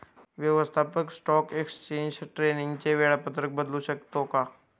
व्यवस्थापक stock exchange ट्रेडिंगचे वेळापत्रक बदलू शकतो का?